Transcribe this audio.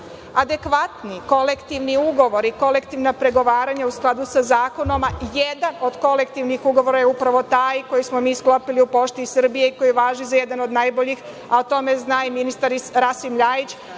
adekvatni kolektivni ugovori, kolektivna pregovaranja u skladu sa zakonom … Jedan od kolektivnih ugovora je upravo taj koji smo mi sklopili u Pošti Srbije, koji važi za jedan od najboljih, a o tome zna ministar Rasim LJajić